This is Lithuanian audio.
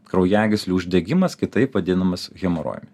kraujagyslių uždegimas kitaip vadinamas hemorojumi